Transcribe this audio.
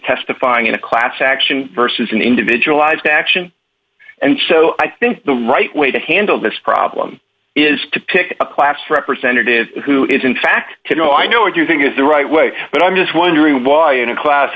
testifying in a class action versus an individualized action and so i think the right way to handle this problem is to pick a class representative who is in fact to know i know what you think is the right way but i'm just wondering why in a class